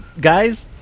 guys